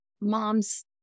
Moms